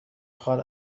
خواد